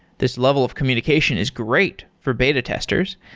this level of communication is great for beta testers,